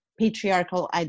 patriarchal